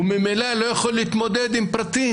ממילא הוא לא יכול להתמודד עם פרטים.